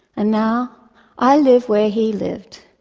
and now i live where he lived,